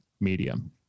medium